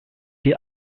die